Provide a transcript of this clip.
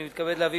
אני מתכבד להביא